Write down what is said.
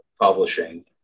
publishing